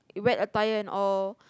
wet attire and all